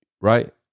Right